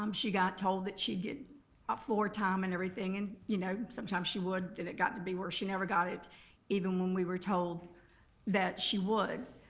um she got told that she'd get ah floor time and everything. and you know sometimes she would and then it got to be where she never got it even when we were told that she would.